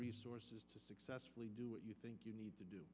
resources to successfully do what you think you need to do